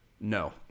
No